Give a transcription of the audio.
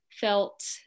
felt